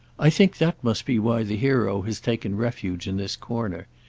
i think that must be why the hero has taken refuge in this corner.